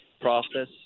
process